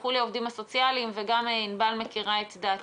יסלחו לי העובדים הסוציאליים וגם ענבל מכירה את דעתי.